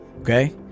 okay